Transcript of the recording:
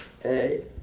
Hey